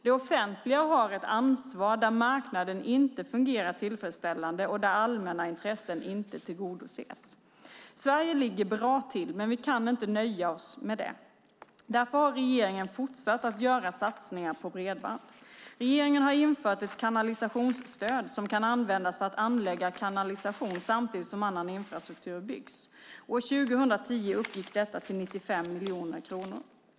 Det offentliga har ett ansvar där marknaden inte fungerar tillfredställande och där allmänna intressen inte tillgodoses. Sverige ligger bra till, men vi kan inte nöja oss med det. Därför har regeringen fortsatt att göra satsningar på bredband. Regeringen har infört ett kanalisationsstöd som kan användas för att anlägga kanalisation samtidigt som annan infrastruktur byggs. År 2010 uppgick detta till 95 miljoner kronor.